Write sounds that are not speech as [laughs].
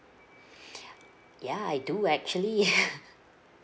[breath] ya I do actually [laughs]